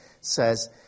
says